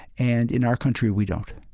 and in our country we don't